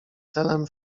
celem